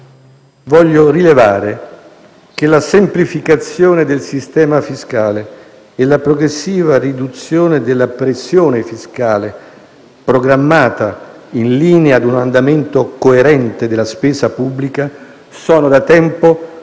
voglio rilevare che la semplificazione del sistema fiscale e la progressiva riduzione della pressione fiscale, programmata in linea di un andamento coerente della spesa pubblica, sono da tempo considerate